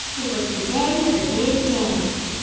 it was the day of the big dance,